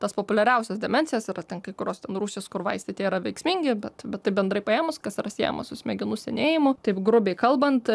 tas populiariausias demencijas yra ten kai kurios ten rūšys kur vaistai tie yra veiksmingi bet bet taip bendrai paėmus kas yra siejama su smegenų senėjimu taip grubiai kalbant